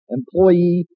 employee